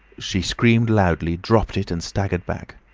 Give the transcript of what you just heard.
she screamed loudly, dropped it, and staggered back.